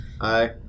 Hi